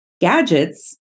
gadgets